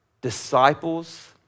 disciples